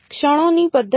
ક્ષણોની પદ્ધતિ